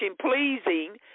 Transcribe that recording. pleasing